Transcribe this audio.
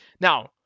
Now